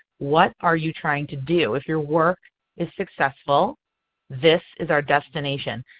what are you trying to do? if your work is successful this is our destination.